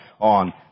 on